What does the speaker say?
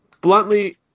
bluntly